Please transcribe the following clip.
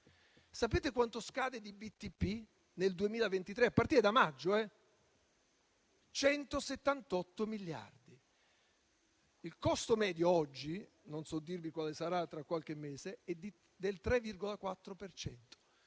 del tesoro (BTP) nel 2023, a partire da maggio? 178 miliardi. Il costo medio oggi - non so dirvi quale sarà tra qualche mese - è del 3,4